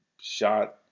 shot